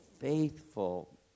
faithful